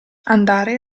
andare